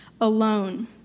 alone